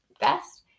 best